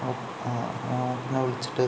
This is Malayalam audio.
ആ എന്നാൽ വിളിച്ചിട്ട്